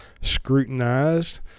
scrutinized